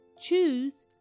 choose